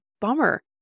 bummer